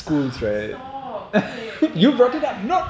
stop okay okay you know what I